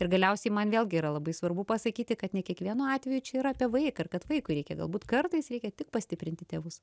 ir galiausiai man vėlgi yra labai svarbu pasakyti kad ne kiekvienu atveju čia yra apie vaiką kad vaikui reikia galbūt kartais reikia tik pastiprinti tėvus